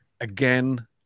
again